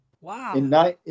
Wow